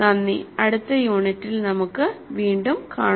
നന്ദി അടുത്ത യൂണിറ്റിൽ നമുക്ക് വീണ്ടും കാണാം